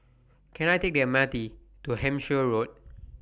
Can I Take The M R T to Hampshire Road